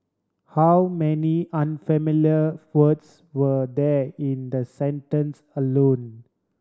how many unfamiliar words were there in the sentence alone